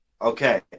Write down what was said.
okay